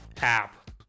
app